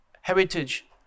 Heritage